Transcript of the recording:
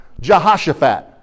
Jehoshaphat